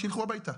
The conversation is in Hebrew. שילכו הביתה.